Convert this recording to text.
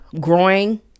growing